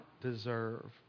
deserve